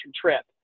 trip